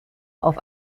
auf